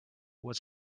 was